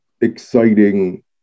exciting